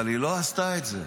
היא לא עשתה את זה.